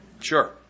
Sure